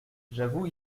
j’avoue